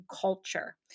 culture